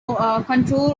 control